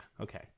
okay